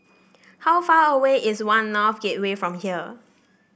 how far away is One North Gateway from here